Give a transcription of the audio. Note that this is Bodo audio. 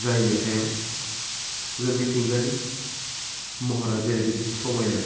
जाय मेथाइयाव जे मिथिंगानि महरा जेरैबायदि समायना